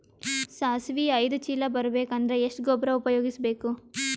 ಸಾಸಿವಿ ಐದು ಚೀಲ ಬರುಬೇಕ ಅಂದ್ರ ಎಷ್ಟ ಗೊಬ್ಬರ ಉಪಯೋಗಿಸಿ ಬೇಕು?